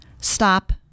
stop